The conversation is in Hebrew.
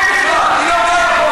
מיהי בכלל?